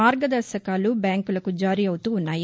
మార్గదర్భకాలు బ్యాంకులకు జారీ అవుతూ ఉన్నాయి